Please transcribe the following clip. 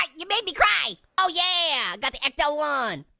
like you made me cry. oh, yeah, got the ecto one.